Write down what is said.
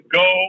go